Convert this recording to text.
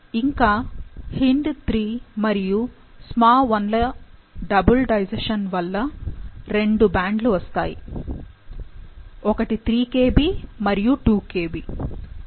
ఇంకా HindIII మరియు SmaI ల డబుల్ డైజెషన్ వల్ల రెండు బ్యాండ్లు వస్తాయి ఒకటి 3 Kb మరియు 2 Kb